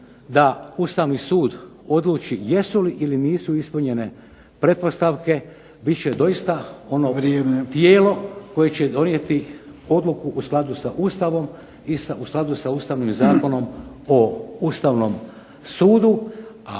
da Ustavni sud odluči jesu li ili nisu ispunjenje pretpostavke bit će doista ono tijelo koje će donijeti odluku u skladu sa Ustavom i sa Ustavnim zakonom po Ustavnom sudu. A